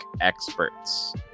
experts